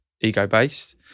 ego-based